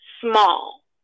small